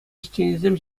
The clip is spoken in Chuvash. ӗҫченӗсем